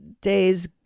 days